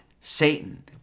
Satan